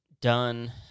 Done